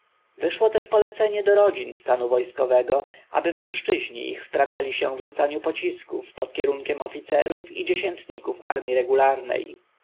wyszło też polecenie do rodzin stanu wojskowego aby mężczyźni ich wprawiali się w rzucanie pocisków pod kierunkiem oficerów i dziesiętników armji regularnej